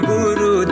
Guru